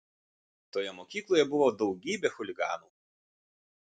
toje mokykloje buvo daugybė chuliganų